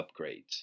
upgrades